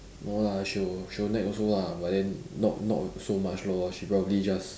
no lah she will she will nag also lah but then not not so much lor she probably just